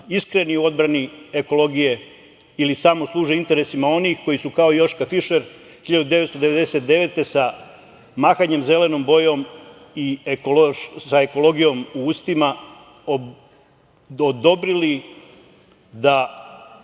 iskreni u odbrani ekologije ili samo služe interesima onih koji su kao Joška Fišer, 1999. godine sa mahanjem zelenom bojom i sa ekologijom u ustima odobrili da